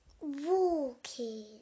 walking